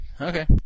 Okay